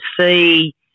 see